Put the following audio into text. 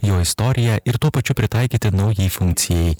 jo istoriją ir tuo pačiu pritaikyti naujai funkcijai